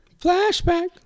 flashback